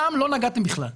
שם לא נגעתם בכלל.